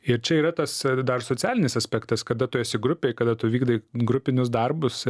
ir čia yra tas dar socialinis aspektas kada tu esi grupėj kada tu vykdai grupinius darbus